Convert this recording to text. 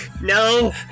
no